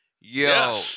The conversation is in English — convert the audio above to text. Yo